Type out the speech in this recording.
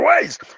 ways